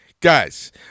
Guys